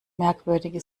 merkwürdige